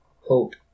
hope